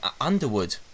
Underwood